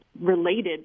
Related